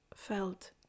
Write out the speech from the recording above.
felt